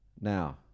now